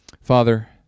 Father